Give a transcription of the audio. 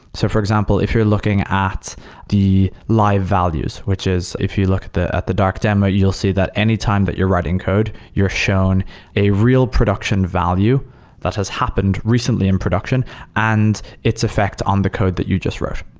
so for example, if you're looking it's the live values, which is if you look at the at the dark demo, you'll see that any time that you're writing code, you're shown a real production value that has happened recently in production and its effect on the code that you just wrote.